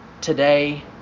today